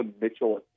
Mitchell